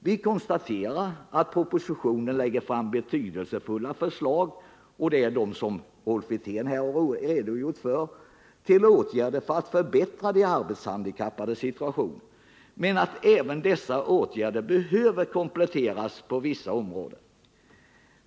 Vi konstaterar att det i propositionen läggs fram betydelsefulla förslag — Rolf Wirtén har här redogjort för dessa — till åtgärder för att förbättra de arbetshandikappades situation men att dessa åtgärder behöver kompletteras på vissa områden.